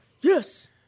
Yes